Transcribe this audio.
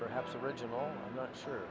perhaps original not sure